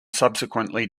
subsequently